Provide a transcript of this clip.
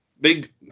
Big